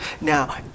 now